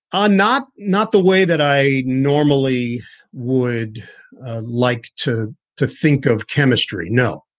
ah not not the way that i normally would like to to think of chemistry. no,